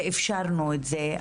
ואפשרנו את זה,